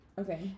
Okay